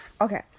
okay